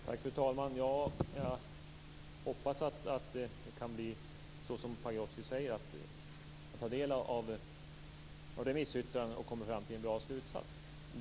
Fru talman! Jag hoppas att det kan bli som Pagrotsky säger, att han tar del av remissyttranden och kommer fram till en bra slutsats.